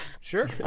Sure